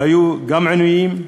היו גם עינויים,